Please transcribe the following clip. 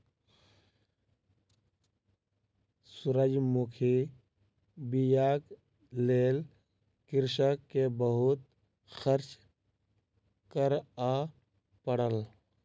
सूरजमुखी बीयाक लेल कृषक के बहुत खर्च करअ पड़ल